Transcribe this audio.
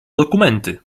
dokumenty